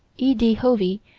e d. hovey,